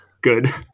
Good